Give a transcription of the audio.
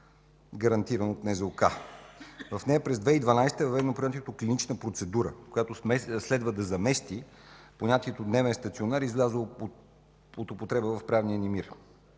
гарантиран от НЗОК. В нея през 2012 г. е въведено понятието „по клинична процедура”, която следва да замести понятието „дневен стационар”, излязло от употреба в правния ни мир.